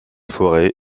fauré